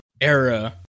era